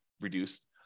reduced